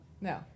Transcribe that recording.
No